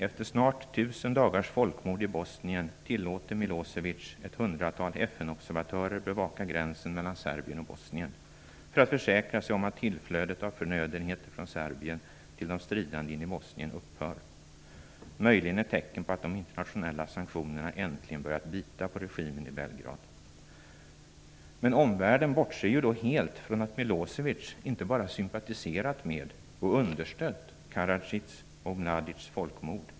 Efter snart tusen dagars folkmord i observatörer bevakar gränsen mellan Serbien och Bosnien, för att försäkra sig om att tillflödet av förnödenheter från Serbien till de stridande inne i Bosnien upphör. Det är möjligen ett tecken på att de internationella sanktionerna äntligen har börjat bita på regimen i Belgrad. Men omvärlden bortser helt från att Milosevic inte bara har sympatiserat med och understött Karadzics och Mladics folkmord.